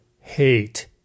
hate